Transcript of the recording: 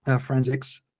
forensics